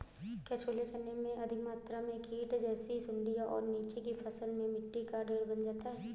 क्या छोले चने में अधिक मात्रा में कीट जैसी सुड़ियां और नीचे की फसल में मिट्टी का ढेर बन जाता है?